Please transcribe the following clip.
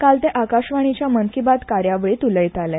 काल ते आकाशवाणीच्या मन की बात कार्यावळींत उलयताले